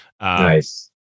Nice